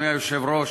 אדוני היושב-ראש,